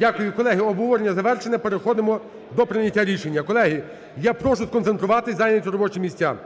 Дякую. Колеги, обговорення завершено, переходимо до прийняття рішення. Колеги, я прошу сконцентруватися, зайняти робочі місця.